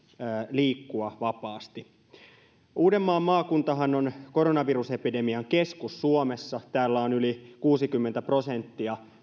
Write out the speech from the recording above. liikkua vapaasti uudenmaan maakuntahan on koronavirusepidemian keskus suomessa tunnetuista tartunnoista yli kuusikymmentä prosenttia